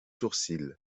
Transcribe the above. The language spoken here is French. sourcils